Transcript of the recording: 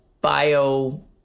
bio